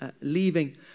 leaving